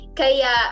kaya